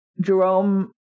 Jerome